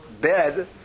bed